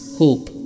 hope